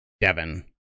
Devin